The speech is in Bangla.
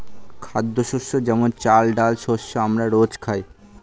খাদ্যশস্য যেমন চাল, ডাল শস্য আমরা রোজ খাই